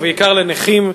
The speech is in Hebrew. ובעיקר לנכים,